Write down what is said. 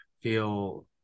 feel